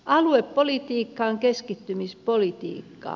aluepolitiikkaan keskittymispolitiikkaa